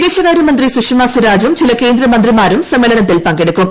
വിദേശകാര്യ മന്ത്രി സുഷമ സ്വരാജും ചില കേന്ദ്രമന്ത്രിമാരും സമ്മേളനത്തിൽ പങ്കെടുക്കും